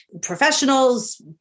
professionals